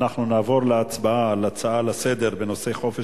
אנחנו נעבור להצבעה על הצעה לסדר-היום בנושא: חופש